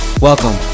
Welcome